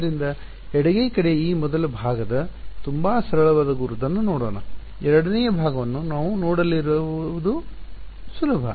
ಆದ್ದರಿಂದ ಎಡಗೈ ಕಡೆಯ ಈ ಮೊದಲ ಭಾಗದ ತುಂಬಾ ಸರಳವಾದ ಗುರುತನ್ನು ನೋಡೋಣ ಎರಡನೆಯ ಭಾಗವನ್ನು ನಾವು ನೋಡಲಿರುವುದು ಸುಲಭ